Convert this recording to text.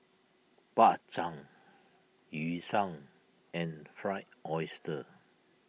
Bak Chang Yu Sheng and Fried Oyster